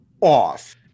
off